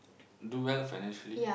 do well financially